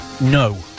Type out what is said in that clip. No